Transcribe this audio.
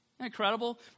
incredible